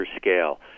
scale